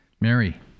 Mary